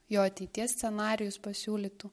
jo ateities scenarijus pasiūlytų